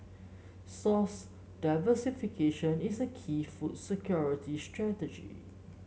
source diversification is a key food security strategy